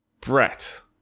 Brett